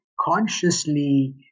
consciously